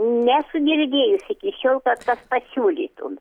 nesu girdėjus iki šiol kad kas pasiūlytų